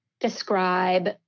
describe